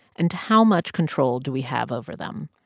and how much control do we have over them?